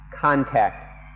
contact